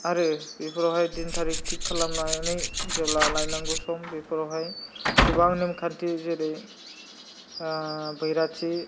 आरो बेफोरावहाय दिन थारिख थिग खालामनानै जेब्ला लायनांगौ सम बेफोरावहाय गोबां नेमखान्थि जेरै बैराथि